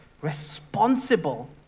responsible